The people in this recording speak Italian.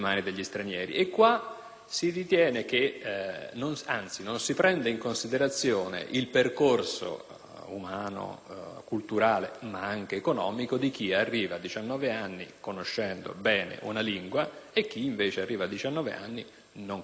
In questo caso, però, non si prende in considerazione il percorso umano, culturale, ma anche economico di chi arriva a 19 anni conoscendo bene una lingua e di chi, invece, arriva a 19 anni non conoscendo bene una lingua.